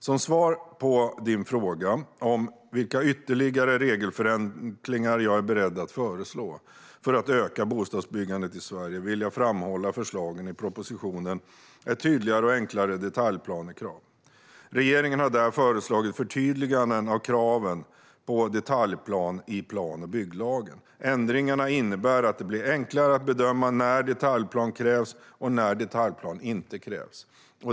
Som svar på din fråga om vilka ytterligare regelförenklingar jag är beredd att föreslå för att öka bostadsbyggandet i Sverige vill jag framhålla förslagen i propositionen Ett tydligare och enklare detaljplanekrav . Regeringen har där föreslagit förtydliganden av kraven på detaljplan i plan och bygglagen. Ändringarna innebär att det blir enklare att bedöma när detaljplan krävs och när detaljplan inte krävs.